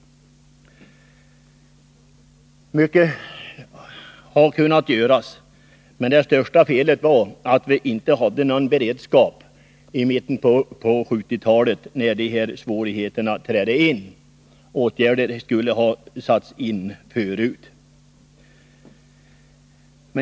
Mycket har kunnat göras, men det största felet var att vi inte hade någon beredskap i mitten av 1970-talet när svårigheterna trädde in. Åtgärder borde ha satts in förut.